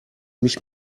mich